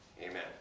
Amen